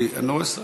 כי אני לא רואה שר.